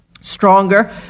stronger